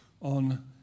on